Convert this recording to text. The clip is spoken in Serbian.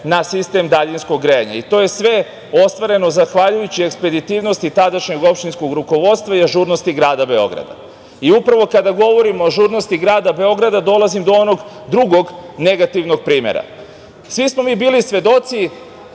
na sistem daljinskog grejanja. To je sve ostvareno zahvaljujući ekspeditivnosti tadašnjeg opštinskog rukovodstva i ažurnosti grada Beograda. Upravo kada govorim o ažurnosti grada Beograda dolazim do onog drugog, negativnog primera. Svi smo mi bili svedoci